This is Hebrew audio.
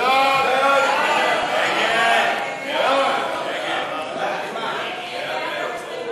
בעד ההסתייגות, בעד ההסתייגות.